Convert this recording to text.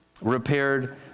repaired